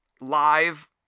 live